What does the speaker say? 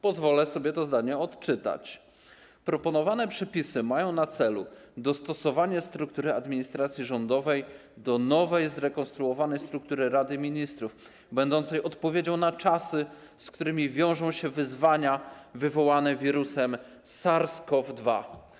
Pozwolę sobie to zdanie odczytać: Proponowane przepisy mają na celu dostosowanie struktury administracji rządowej do nowej, zrekonstruowanej struktury Rady Ministrów, będącej odpowiedzią na czasy, z którymi wiążą się wyzwania wywołane wirusem SARS-CoV-2.